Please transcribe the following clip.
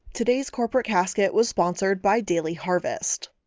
today's corporate casket was sponsored by daily harvest.